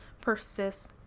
persist